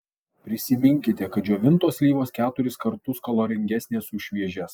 prisiminkite kad džiovintos slyvos keturis kartus kaloringesnės už šviežias